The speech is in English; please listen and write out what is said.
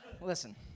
Listen